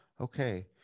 Okay